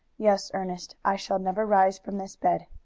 yes, ernest, i shall never rise from this bed.